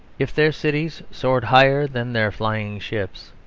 if their cities soared higher than their flying ships,